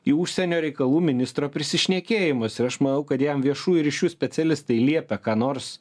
į užsienio reikalų ministro prisišnekėjimus ir aš manau kad jam viešųjų ryšių specialistai liepia ką nors